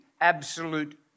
absolute